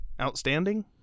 Outstanding